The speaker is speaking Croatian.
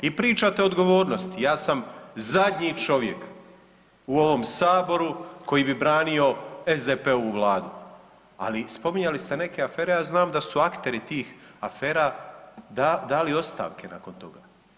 I pričate o odgovornosti, ja sam zadnji čovjek u ovom saboru koji bi branio SDP-ovu vladu, ali spominjali ste neke afere ja znam da su akteri tih afera dali ostavke nakon toga.